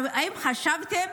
האם חשבתם?